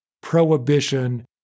prohibition